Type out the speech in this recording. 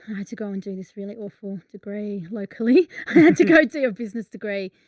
had to go and do this really awful degree locally. i had to go see a business degree.